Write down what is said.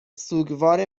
سوگوار